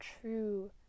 true